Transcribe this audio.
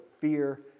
fear